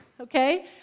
okay